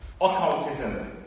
occultism